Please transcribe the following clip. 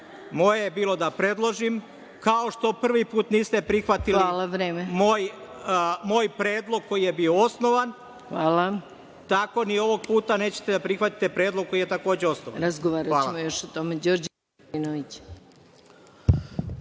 moje je bilo da predložim. Kao što prvi put niste prihvatili moj predlog koji je bio osnovan, tako ni ovog puta nećete da prihvatite predlog koji je, takođe, osnovan.